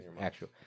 actual